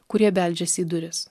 kurie beldžiasi į duris